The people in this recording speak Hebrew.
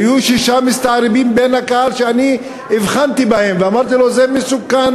היו שישה מסתערבים בקהל שאני הבחנתי בהם ואמרתי לו: זה מסוכן